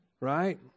Right